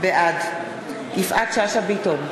בעד יפעת שאשא ביטון,